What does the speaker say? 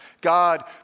God